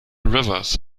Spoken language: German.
rivers